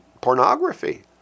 pornography